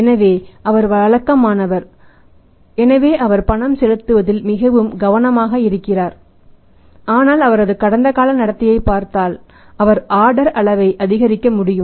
எனவே அவர் வழக்கமானவர் எனவே அவர் பணம் செலுத்துவதில் மிகவும் கவனமாக இருக்கிறார் ஆனால் அவரது கடந்தகால நடத்தையைப் பார்த்தால் அவர் ஆர்டர் அளவை அதிகரிக்க முடியும்